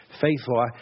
faithful